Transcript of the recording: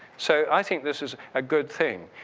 so, i think this is a good thing.